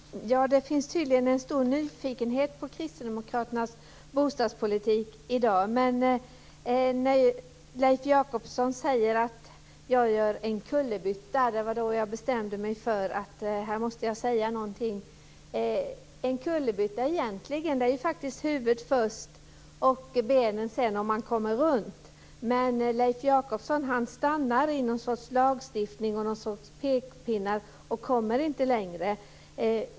Fru talman! Det finns tydligen en stor nyfikenhet på Kristdemokraternas bostadspolitik i dag. Det var när Leif Jakobsson sade att jag gjorde en kullerbytta som jag bestämde mig för att jag måste säga någonting. När man gör en kullerbytta kommer huvudet först och benen sedan om man kommer runt. Men Leif Jakobsson stannar i någon sorts lagstiftning och pekpinnar och kommer inte längre.